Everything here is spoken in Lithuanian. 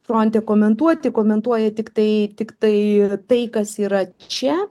fronte komentuoti komentuoja tiktai tiktai tai kas yra čia